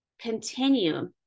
continue